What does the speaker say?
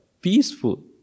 peaceful